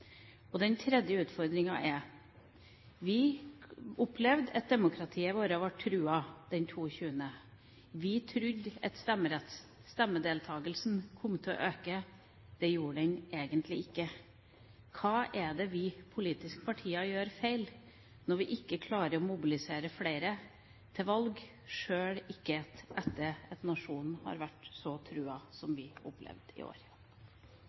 Den tredje utfordringen er: Vi opplevde at demokratiet vårt ble truet den 22. juli. Vi trodde at stemmedeltakelsen kom til å øke, det gjorde den egentlig ikke. Hva er det vi politiske partier gjør feil når vi ikke klarer å mobilisere flere til valg, sjøl ikke etter at nasjonen har vært så truet som vi opplevde i år?